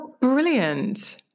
brilliant